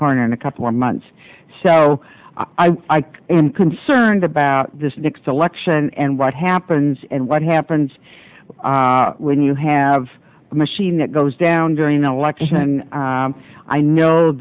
corner in a couple of months so i like and concerned about this next election and what happens and what happens when you have a machine that goes down during the election i know